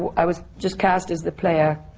i was just cast as the player